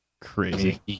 crazy